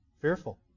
fearful